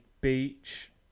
beach